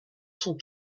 sont